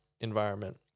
environment